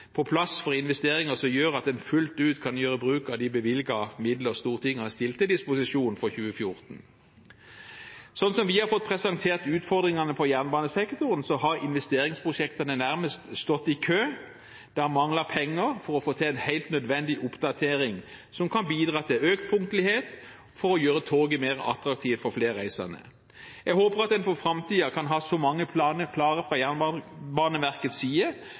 på plass for investeringer som gjør at en fullt ut kan gjøre bruk av de bevilgede midler som Stortinget har stilt til disposisjon for 2014. Sånn som vi har fått presentert utfordringene på jernbanesektoren, har investeringsprosjektene nærmest stått i kø, det har manglet penger for å få til en helt nødvendig oppdatering som kan bidra til økt punktlighet for å gjøre toget mer attraktivt for flere reisende. Jeg håper at en for framtiden kan ha så mange planer klare fra Jernbaneverkets side